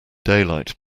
daylight